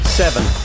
seven